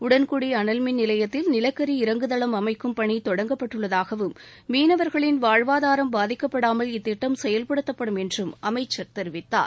உடன்குடி அனல்மின் நிலையத்தில் நிலக்கரி இறங்குதளம் அமைக்கும் பணி தொடங்கப்பட்டுள்ளதாகவும் மீனவர்களின் வாழ்வாதாரம் பாதிக்கப்படாமல் இத்திட்டம் செயல்படுத்தப்படும் என்றும் அமைச்சர் தெரிவித்தார்